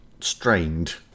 strained